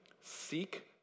seek